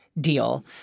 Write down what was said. deal